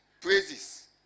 praises